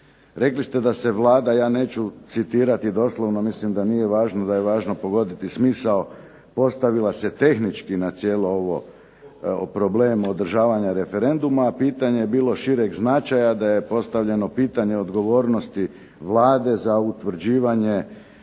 Rekli ste da je Vlada ja neću citirati doslovno mislim da nije važno, važno je pogoditi smisao postavila se tehnički na cijelo ovaj problem održavanja referenduma, a pitanje bilo šireg značaja. Da je postavljeno pitanje odgovornosti Vlade za utvrđivanje